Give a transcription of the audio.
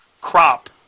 crop